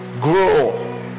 grow